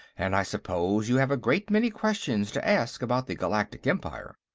and i suppose you have a great many questions to ask about the galactic empire.